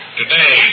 today